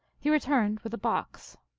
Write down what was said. he returned with a box.